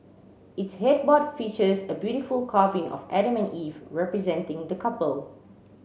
its headboard features a beautiful carving of Adam and Eve representing the couple